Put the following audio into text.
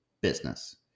business